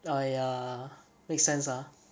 ah ya make sense ah